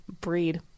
breed